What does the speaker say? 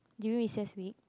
during recess week